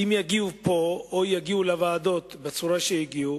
אם יגיעו לפה או יגיעו לוועדות בצורה שהגיעו,